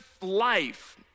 life